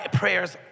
prayers